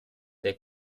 der